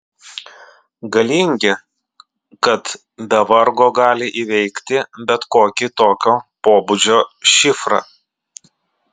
galingi kad be vargo gali įveikti bet kokį tokio pobūdžio šifrą